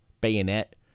bayonet